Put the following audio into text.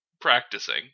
practicing